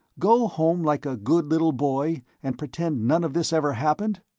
go home like a good little boy, and pretend none of this ever happened?